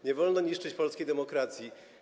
Nie wolno niszczyć polskiej demokracji.